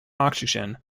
oxygen